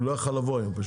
הוא לא יכול היה לבוא היום.